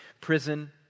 prison